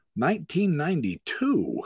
1992